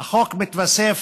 מתווסף